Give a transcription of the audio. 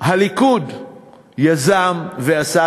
שהליכוד יזם ועשה.